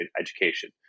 education